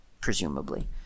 presumably